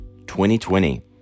2020